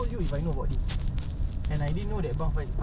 ya apa ni they New Balance